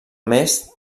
més